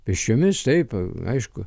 pėsčiomis taip aišku